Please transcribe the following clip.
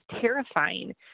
terrifying